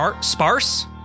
sparse